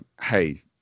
hey